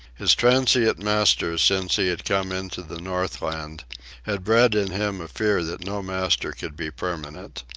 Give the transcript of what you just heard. his transient masters since he had come into the northland had bred in him a fear that no master could be permanent.